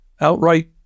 outright